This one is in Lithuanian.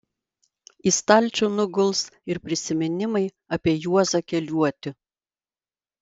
į stalčių nuguls ir prisiminimai apie juozą keliuotį